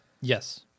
yes